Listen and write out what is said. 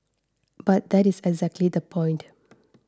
but that is exactly the point